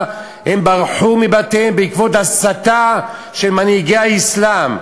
ברחו מבתיהם בעקבות הסתה של מנהיגי האסלאם,